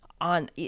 on